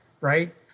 right